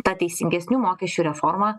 tą teisingesnių mokesčių reforma